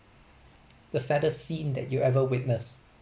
the saddest scene that you ever witness